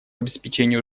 обеспечении